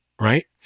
right